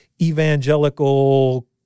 evangelical